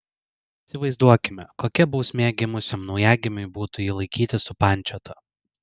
įsivaizduokime kokia bausmė gimusiam naujagimiui būtų jį laikyti supančiotą